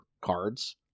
cards